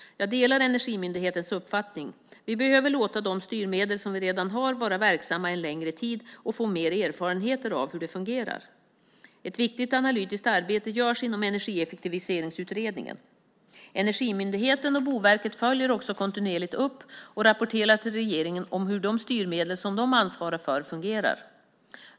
Jag delar Energimyndighetens uppfattning. Vi behöver låta de styrmedel som vi redan har vara verksamma en längre tid och få mer erfarenheter av hur de fungerar. Ett viktigt analytiskt arbete görs inom Energieffektiviseringsutredningen. Energimyndigheten och Boverket följer också kontinuerligt upp och rapporterar till regeringen om hur de styrmedel som de ansvarar för fungerar.